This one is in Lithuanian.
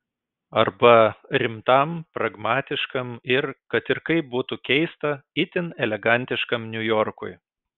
arba rimtam pragmatiškam ir kad ir kaip būtų keista itin elegantiškam niujorkui